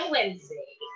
Wednesday